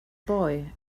boy